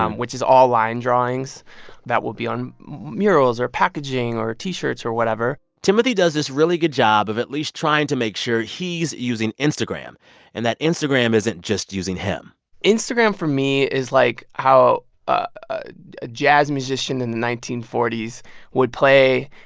um which is all line drawings that will be on murals or packaging or t-shirts or whatever timothy does this really good job of at least trying to make sure he's using instagram and that instagram isn't just using him instagram for me is like how a ah jazz musician in nineteen forty s would play,